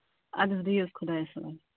اَدٕ حظ بِہو حظ خۄدایَس حوال